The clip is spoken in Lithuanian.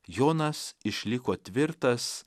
jonas išliko tvirtas